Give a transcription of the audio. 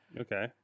Okay